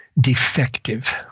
Defective